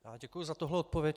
Já děkuji za tuto odpověď.